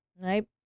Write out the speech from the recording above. Right